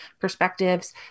perspectives